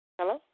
Hello